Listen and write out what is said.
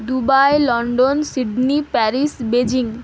Dubai London Sydney Paris Beijing